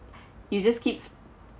you just keeps